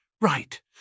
Right